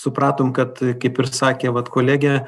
supratom kad kaip ir sakė vat kolegė